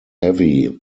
heavy